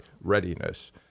readiness